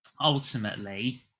ultimately